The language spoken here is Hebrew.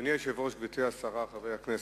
אדוני היושב-ראש, גברתי השרה, חברי הכנסת,